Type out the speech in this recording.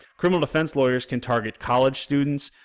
criminal defense lawyers can target college students,